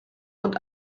und